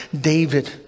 David